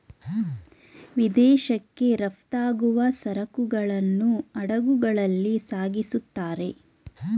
ವಿದೇಶಕ್ಕೆ ರಫ್ತಾಗುವ ಸರಕುಗಳನ್ನು ಹಡಗುಗಳಲ್ಲಿ ಸಾಗಿಸುತ್ತಾರೆ